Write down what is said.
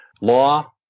Law